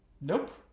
Nope